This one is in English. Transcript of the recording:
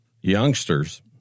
youngsters